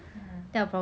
mm